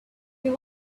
they